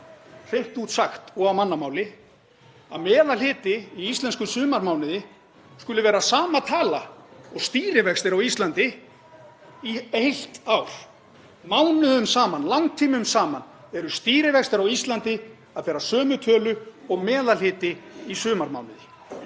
hreint út sagt og á mannamáli, að meðalhiti í íslenskum sumarmánuði skuli vera sama tala og stýrivextir á Íslandi í heilt ár, mánuðum saman, langtímum saman bera stýrivextir á Íslandi sömu tölu og meðalhiti í sumarmánuði.